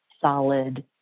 solid